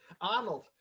Arnold